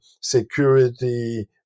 security